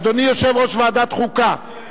אדוני יושב-ראש ועדת החוקה, יש לי הרגל